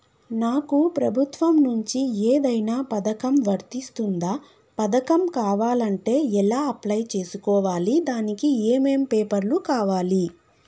నాకు ప్రభుత్వం నుంచి ఏదైనా పథకం వర్తిస్తుందా? పథకం కావాలంటే ఎలా అప్లై చేసుకోవాలి? దానికి ఏమేం పేపర్లు కావాలి?